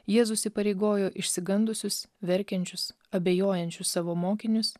jėzus įpareigojo išsigandusius verkiančius abejojančius savo mokinius